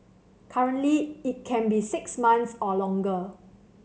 currently it can be six months or longer